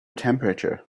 temperature